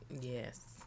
yes